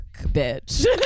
bitch